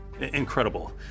incredible